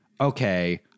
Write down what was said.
okay